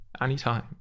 anytime